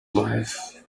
life